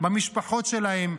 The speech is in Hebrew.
במשפחות שלהם,